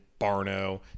Barno